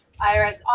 IRS